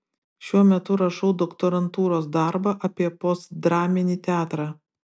šiuo metu rašau doktorantūros darbą apie postdraminį teatrą